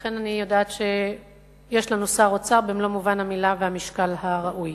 ולכן אני יודעת שיש לנו שר אוצר במלוא מובן המלה והמשקל הראוי.